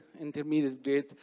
intermediate-grade